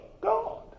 God